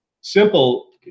Simple